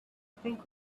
think